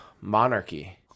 monarchy